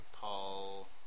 Paul